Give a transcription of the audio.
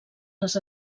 les